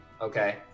Okay